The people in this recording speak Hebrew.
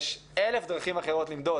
יש אלף דרכים אחרות למדוד,